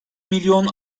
milyon